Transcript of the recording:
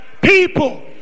people